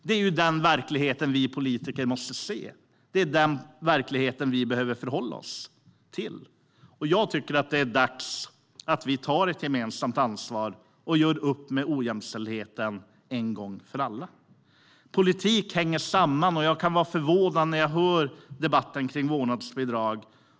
Det är den verklighet som vi politiker måste se och förhålla oss till. Jag tycker att det är dags att vi tar ett gemensamt ansvar och gör upp med ojämställdheten en gång för alla. Politik hänger samman, och jag blir förvånad när jag hör debatten om vårdnadsbidrag.